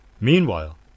Meanwhile